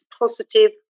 positive